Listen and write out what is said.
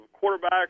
quarterback